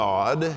God